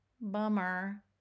bummer